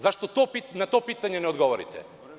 Zašto na to pitanje ne odgovorite?